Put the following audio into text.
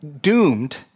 doomed